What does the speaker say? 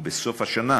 ובסוף השנה,